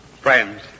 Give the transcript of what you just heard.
Friends